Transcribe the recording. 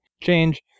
change